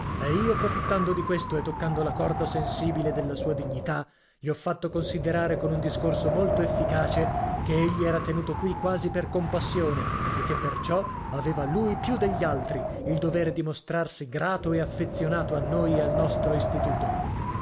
e io profittando di questo e toccando la corda sensibile della sua dignità gli ho fatto considerare con un discorso molto efficace che egli era tenuto qui quasi per compassione e che perciò aveva lui più degli altri il dovere di mostrarsi grato e affezionato a noi e al nostro istituto